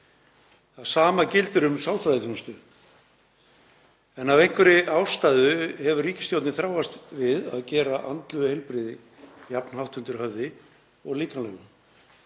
Það sama gildir um sálfræðiþjónustu en af einhverri ástæðu hefur ríkisstjórnin þráast við að gera andlegu heilbrigði jafn hátt undir höfði og líkamlegu.